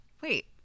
wait